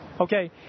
Okay